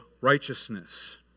righteousness